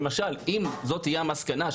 אם זו תהיה המסקנה,